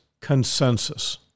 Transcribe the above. consensus